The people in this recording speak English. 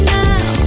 now